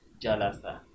Jalasa